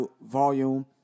volume